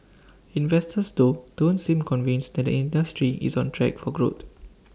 investors though don't seem convinced that the industry is on track for growth